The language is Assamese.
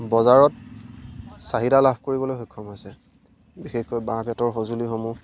বজাৰত চাহিদা লাভ কৰিবলৈ সক্ষম হৈছে বিশেষকৈ বাঁহ বেঁতৰ সঁজুলিসমূহ